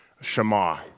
Shema